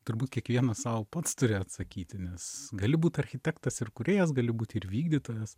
turbūt kiekvienas sau pats turi atsakyti nes gali būt architektas ir kūrėjas gali būt ir vykdytojas